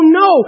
no